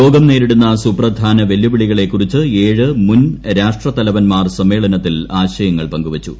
ലോകം നേരിടുന്ന സുപ്രധാന വെല്ലുവിളികളെക്കുറിച്ച് ഏഴ് മുൻ രാഷ്ട്രത്തലവന്മാർ സമ്മേളനത്തിൽ ആശയങ്ങൾ പങ്കുവച്ചു